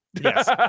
Yes